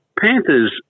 Panthers